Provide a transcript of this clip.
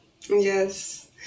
Yes